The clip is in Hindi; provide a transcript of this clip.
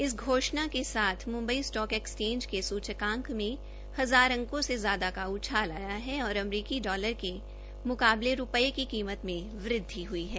इस घोषणा के साथ मुम्बई स्टाक एक्सचेंज के सूचकांक में हजार अंको से ज्यादा का उछाल आया है और अमरीकी डालर के मुकाबले रूपये की कीमत में वृद्वि हुई है